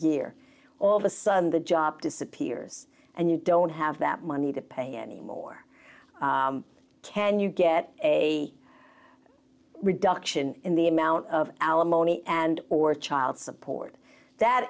year all of a sudden the job disappears and you don't have that money to pay anymore can you get a reduction in the amount of alimony and or child support that